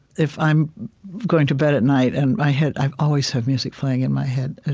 if i'm going to bed at night, and my head i always have music playing in my head.